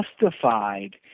justified